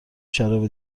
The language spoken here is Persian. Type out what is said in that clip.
شراب